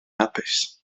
hapus